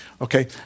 Okay